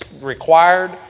required